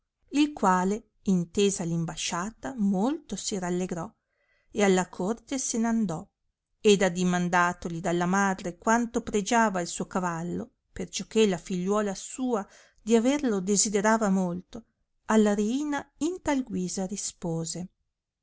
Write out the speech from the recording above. il quale intesa l imbasciata molto si rallegrò e alla corte se n'andò ed addimandatoli dalla madre quanto pregiava il suo cavallo perciò che la figliuola sua di averlo desiderava molto alla reina in tal guisa rispose